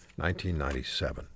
1997